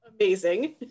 amazing